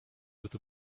with